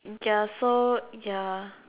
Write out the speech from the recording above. ya so ya